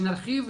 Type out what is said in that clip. שנרחיב,